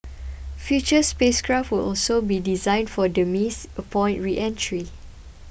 future spacecraft will also be 'designed for demise' upon reentry